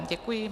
Děkuji.